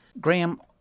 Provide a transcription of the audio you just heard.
Graham